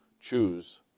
choose